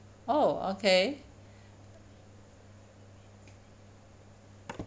oh okay